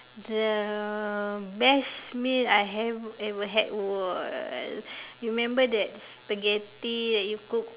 the best meal I have ever had was remember that spaghetti that you cook